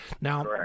Now